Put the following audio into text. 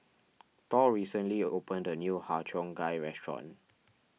Thor recently opened a new Har Cheong Gai restaurant